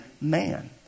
man